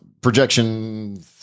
Projection